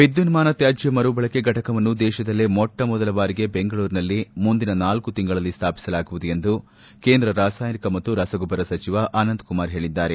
ವಿದ್ಯುನ್ಮಾನ ತ್ವಾಜ್ಯ ಮರುಬಳಕೆ ಘಟಕವನ್ನು ದೇಶದಲ್ಲೇ ಮೊಟ್ಟಮೊದಲ ಬಾರಿಗೆ ಬೆಂಗಳೂರಿನಲ್ಲಿ ಮುಂದಿನ ನಾಲ್ಕು ತಿಂಗಳಲ್ಲಿ ಸ್ವಾಪಿಸಲಾಗುವುದು ಎಂದು ಕೇಂದ್ರ ರಾಸಾಯನಿಕ ಮತ್ತು ರಸಗೊಬ್ಬರ ಸಚಿವ ಅನಂತ ಕುಮಾರ್ ಹೇಳಿದ್ದಾರೆ